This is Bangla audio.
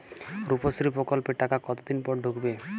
রুপশ্রী প্রকল্পের টাকা কতদিন পর ঢুকবে?